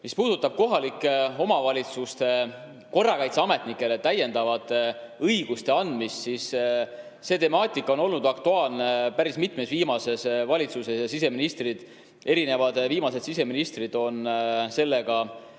Mis puudutab kohalike omavalitsuste korrakaitseametnikele täiendavate õiguste andmist, siis see temaatika on olnud aktuaalne päris mitmes viimases valitsuses. Siseministrid – erinevad viimased siseministrid – on sellega